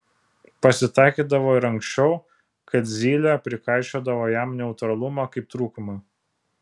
pasitaikydavo ir anksčiau kad zylė prikaišiodavo jam neutralumą kaip trūkumą